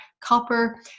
copper